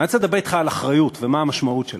אני רוצה לדבר אתך על אחריות ומה המשמעות שלה.